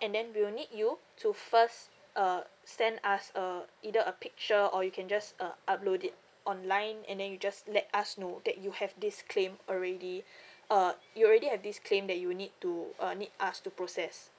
and then we will need you to first uh send us a either a picture or you can just uh upload it online and then you just let us know that you have this claim already uh you already have this claim that you need to uh need us to process